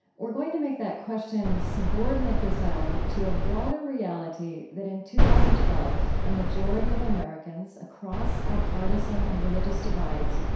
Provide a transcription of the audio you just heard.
we're going to make that question subordinate this hour to a broader reality that, in two thousand and twelve, a majority of americans, across our partisan and religious divides,